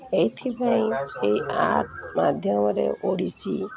ଏଇଥିପାଇଁ ସେହି ଆର୍ଟ୍ ମାଧ୍ୟମରେ ଓଡ଼ିଶୀ